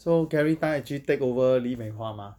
so carrie tan actually take over lee mei hua mah